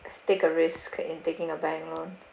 take a risk in taking a bank loan